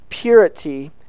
purity